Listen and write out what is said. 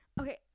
Okay